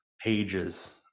pages